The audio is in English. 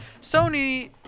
Sony